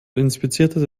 inspizierte